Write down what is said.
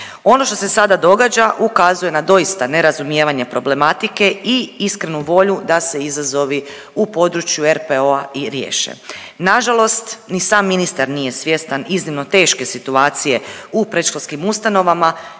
Ono što se sada događa ukazuje na doista nerazumijevanje problematike i iskrenu volju da se izazovi u području RPO-a i riješe. Nažalost ni sam ministar nije svjestan iznimno teške situacije u predškolskim ustanovama